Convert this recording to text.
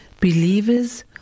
Believers